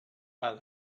bad